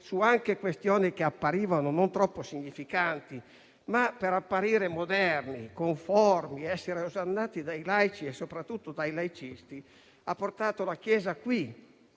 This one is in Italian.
- anche su questioni che apparivano non troppo significanti per apparire moderni, conformi ed essere osannati dai laici e soprattutto dai laicisti, ha portato la Chiesa a